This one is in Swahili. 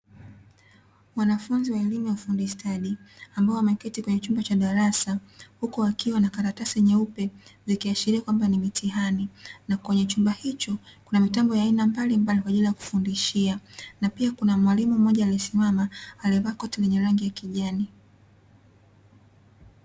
Wanafunzi wa elimu ya ufundi stadi ambao wameketi kwenye chumba cha darasa, huku wakiwa na karatasi nyeupe zikiashiria kwamba ni mitihani, na kwenye chumba hicho kuna mitambo ya aina mbalimbali kwa ajili ya kufundishia, na pia kuna mwalimu mmoja aliyesimama aliyevaa koti lenye rangi ya kijani.